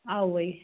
آ